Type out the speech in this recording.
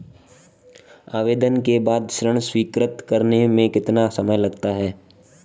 आवेदन के बाद ऋण स्वीकृत करने में कितना समय लगता है?